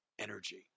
energy